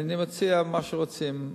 אני מציע מה שרוצים,